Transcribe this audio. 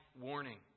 warning